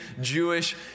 Jewish